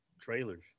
trailers